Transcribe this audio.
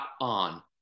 on